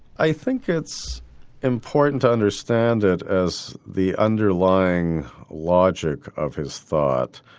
i think it's important to understand it as the underlying logic of his thought.